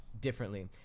differently